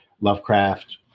Lovecraft